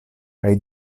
kaj